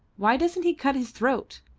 why doesn't he cut his throat?